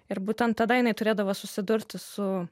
ir būtent tada jinai turėdavo susidurti su